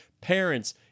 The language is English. Parents